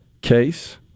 case